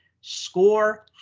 score